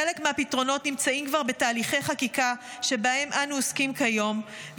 חלק מהפתרונות נמצאים כבר בתהליכי חקיקה שבהם אנו עוסקים כיום,